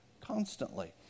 constantly